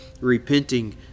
repenting